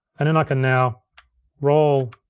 and then i can now roll